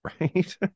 right